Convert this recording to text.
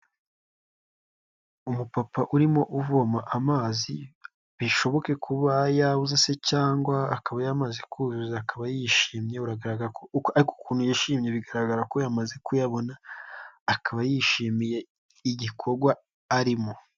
Umupapa urimo uvoma amazi, bishoboke kuba yabuze se cyangwa akaba yamaze kuzuza akaba yishimye, ariko ukuntu yishimye bigaragara ko yamaze kuyabona akaba yishimiye igikorwa arimo.